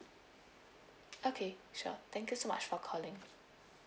okay sure thank you so much for calling